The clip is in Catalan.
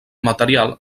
material